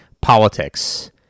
politics